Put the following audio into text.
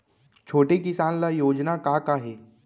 छोटे किसान ल योजना का का हे?